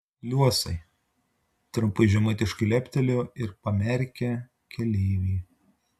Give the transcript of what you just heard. liuosai trumpai žemaitiškai leptelėjo ir pamerkė keleiviui